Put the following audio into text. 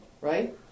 right